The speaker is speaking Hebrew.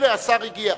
הנה, השר מגיע.